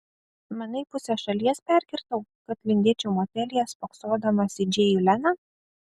manai pusę šalies perkirtau kad lindėčiau motelyje spoksodamas į džėjų leną